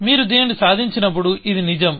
మీరు దీనిని సాధించినప్పుడు ఇది నిజం